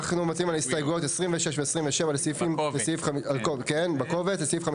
אנחנו מצביעים על סעיף 57. מי בעד הסעיף?